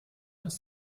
ist